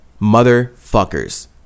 Motherfuckers